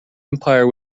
empire